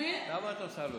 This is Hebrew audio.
למה את עושה לו